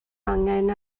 angen